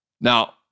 Now